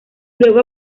luego